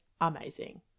amazing